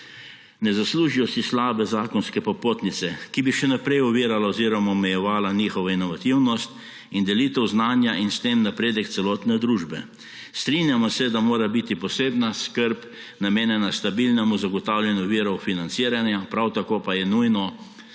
Ne zaslužijo si slabe zakonske popotnice, ki bi še naprej ovirala oziroma omejevala njihovo inovativnost in delitev znanja in s tem napredek celotne družbe. Strinjamo se, da mora biti posebna skrb namenjena stabilnemu zagotavljanju virov financiranja, prav tako pa je nujno,